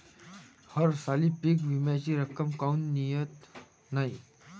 हरसाली पीक विम्याची रक्कम काऊन मियत नाई?